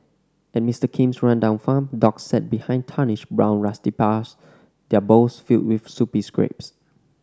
at Mister Kim's rundown farm dogs sat behind tarnished brown rusty bars their bowls filled with soupy scraps